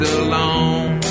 alone